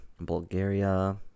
Bulgaria